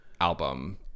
album